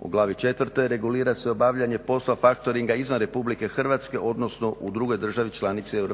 U glavi 4.regulira se obavljanje poslova factoringa izvan RH odnosno u drugoj državi članici EU.